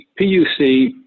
PUC